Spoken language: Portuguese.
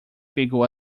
pegou